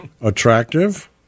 attractive